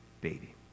baby